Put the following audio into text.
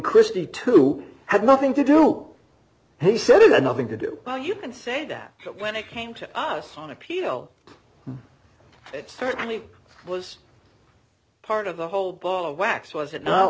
christie to have nothing to do he said it had nothing to do all you can say that when it came to us on appeal it certainly was part of the whole ball of wax was it no